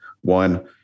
one